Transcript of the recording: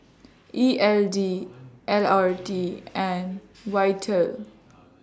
E L D L R T and Vital